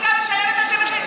בלי הפסקה.